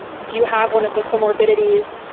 and do you have one of the comorbidities?